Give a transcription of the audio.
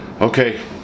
okay